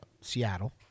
Seattle